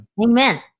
Amen